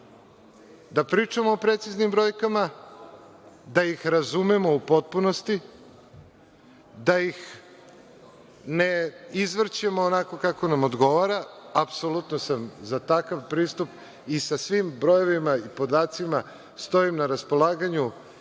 da pričamo o preciznim brojkama, da ih razumemo u potpunosti, da ih ne izvrćemo onako kako nam odgovara, apsolutno sam za takav pristup i sa svim brojevima i podacima stojim na raspolaganju